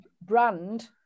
brand